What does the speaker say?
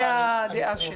זו הדעה שלי.